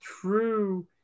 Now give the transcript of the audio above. true